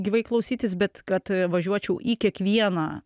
gyvai klausytis bet kad važiuočiau į kiekvieną